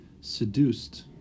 seduced